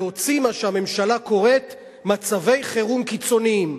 להוציא מה שהממשלה קוראת "מצבי חירום קיצוניים".